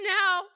now